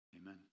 Amen